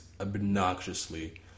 obnoxiously